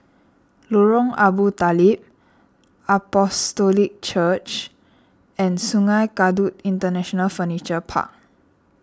Lorong Abu Talib Apostolic Church and Sungei Kadut International Furniture Park